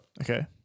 Okay